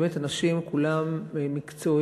הם באמת אנשים כולם מקצועיים,